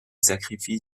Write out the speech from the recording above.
sacrifie